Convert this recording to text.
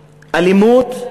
אלימות?